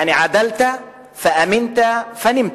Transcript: יעני עָדַלְתַ פַאָמִנְתַ פַנִמְתַ.